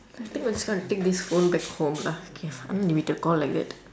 I think must go and take this phone back home lah okay unlimited call like that